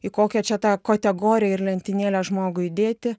į kokią čia tą kategoriją ir lentynėlę žmogų įdėti